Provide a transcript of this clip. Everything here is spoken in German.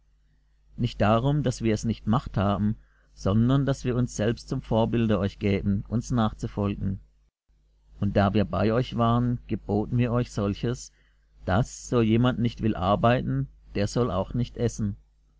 nicht darum daß wir es nicht macht haben sondern daß wir uns selbst zum vorbilde euch gäben uns nachzufolgen und da wir bei euch waren geboten wir euch solches daß so jemand nicht will arbeiten der soll auch nicht essen